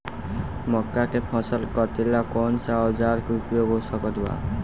मक्का के फसल कटेला कौन सा औजार के उपयोग हो सकत बा?